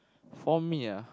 for me